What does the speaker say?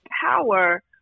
power